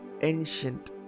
ancient